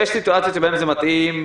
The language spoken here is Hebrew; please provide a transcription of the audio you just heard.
יש סיטואציות שבהן זה מתאים,